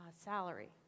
salary